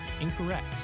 incorrect